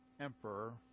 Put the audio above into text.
emperor